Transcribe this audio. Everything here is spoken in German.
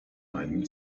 meinem